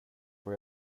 får